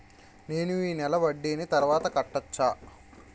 నేను ఈ నెల వడ్డీని తర్వాత కట్టచా?